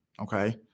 Okay